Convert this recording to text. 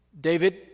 David